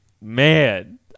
Man